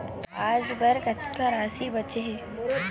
आज बर कतका राशि बचे हे?